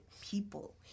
people